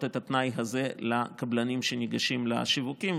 את התנאי הזה לקבלנים שניגשים לשיווקים,